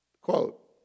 Quote